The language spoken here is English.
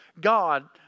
God